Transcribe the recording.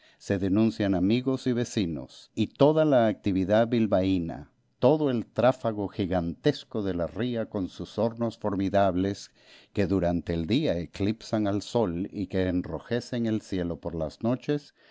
se denuncian amigos y vecinos y toda la actividad bilbaína todo el tráfago gigantesco de la ría con sus hornos formidables que durante el día eclipsan al sol y que enrojecen el cielo por las noches